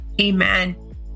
Amen